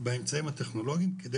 באמצעים הטכנולוגיים כדי